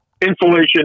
insulation